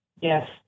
Yes